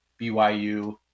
BYU